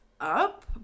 up